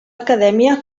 acadèmia